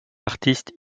artistes